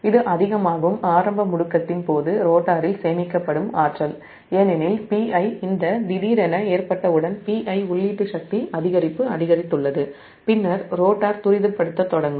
இது அதிகமாகும் ஆரம்ப முடுக்கத்தின் போது ரோட்டரில் சேமிக்கப்படும் ஆற்றல் ஏனெனில் Pi திடீரென ஏற்றப்பட்டவுடன் Pi உள்ளீட்டு சக்தி அதிகரித்துள்ளது பின்னர் ரோட்டார் துரிதப்படுத்தத் தொடங்கும்